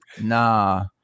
Nah